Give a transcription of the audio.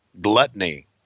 gluttony